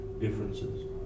differences